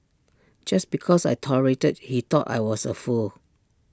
just because I tolerated he thought I was A fool